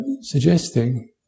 suggesting